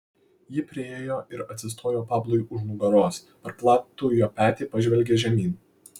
ji priėjo ir atsistojo pablui už nugaros per platų jo petį pažvelgė žemyn